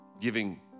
giving